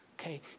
Okay